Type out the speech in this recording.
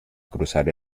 cruzar